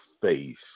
face